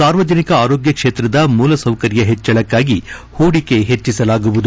ಸಾರ್ವಜನಿಕ ಆರೋಗ್ಣ ಕ್ಷೇತ್ರದ ಮೂಲ ಸೌಕರ್ಯ ಹೆಚ್ಚಳಕ್ಕಾಗಿ ಹೂಡಿಕೆ ಹೆಚ್ಚಸಲಾಗುವುದು